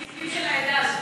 הנציגים של העדה עזבו.